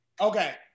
Okay